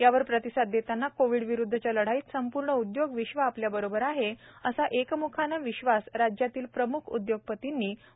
यावर प्रतिसाद देतांना कोविडविरुद्धच्या लढाईत संपूर्ण उद्योग विश्व आपल्याबरोबर आहे असा एकम्खाने विश्वास राज्यातील प्रम्ख उद्योगपतींनी म्ख्यमंत्र्यांना दिला